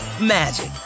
magic